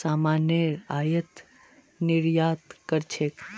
सामानेर आयात निर्यात कर छेक